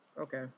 Okay